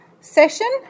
session